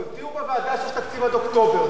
אבל הודיעו בוועדה שיש תקציב עד אוקטובר.